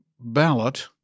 ballot